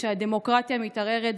כשהדמוקרטיה מתערערת,